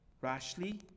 rashly